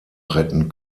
retten